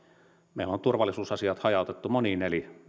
meillä on turvallisuusasiat hajautettu moniin eri